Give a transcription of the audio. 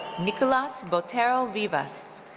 nicolas botero vivas.